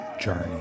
journey